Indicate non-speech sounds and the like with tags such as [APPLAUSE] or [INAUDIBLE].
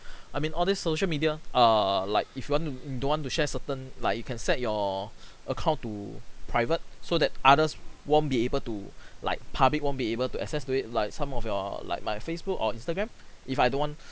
I mean all these social media err like if you want to don't want to share certain like you can set your [BREATH] account to private so that others won't be able to [BREATH] like public won't be able to access to it like some of your like my facebook or instagram if I don't want